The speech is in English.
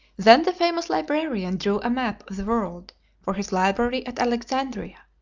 then the famous librarian drew a map of the world for his library at alexandria,